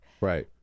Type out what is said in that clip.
Right